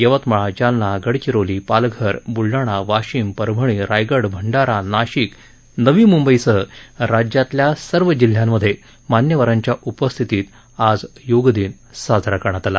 यवतमाळ जालना गडचिरोली पालघर बुलडाणा वाशिम परभणी रायगड भंडारा नाशिक नवी मुंबईसह राज्यातल्या सर्व जिल्ह्यांमधे मान्यवरांच्या उपस्थितीत योग दिन साजरा करण्यात आला